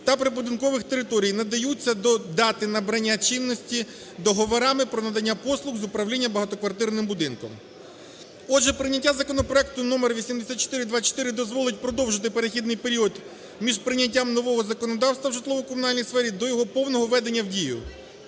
та прибудинкових територій надаються до дати набрання чинності договорами про надання послуг з управління багатоквартирним будинком". Отже, прийняття законопроекту номер 8424 дозволить продовжити перехідний період між прийняттям нового законодавства в житлово-комунальній сфері до його повного введення в дію.